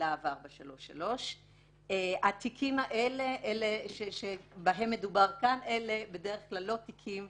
להב 433. התיקים שעליהם מדובר כאן אלה בדרך כלל לא תיקים